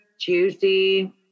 juicy